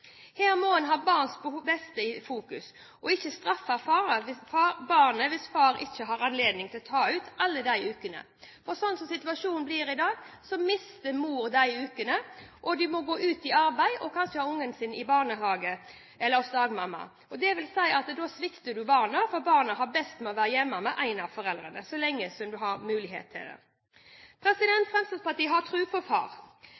Her må man ha barns beste for øye og ikke straffe barnet hvis far ikke har anledning til å ta ut alle ukene. Sånn som situasjonen blir i dag, mister mor de ukene og må gå ut i arbeid og kanskje ha ungen sin i barnehage eller hos dagmamma. Det vil si at da svikter man barnet, for barnet har best av å være hjemme med en av foreldrene så lenge man har mulighet til det. Fremskrittspartiet har tro på far,